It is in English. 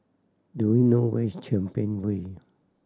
do you know where is Champion Way